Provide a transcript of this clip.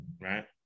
Right